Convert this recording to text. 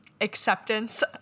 acceptance